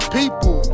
people